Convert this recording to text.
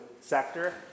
sector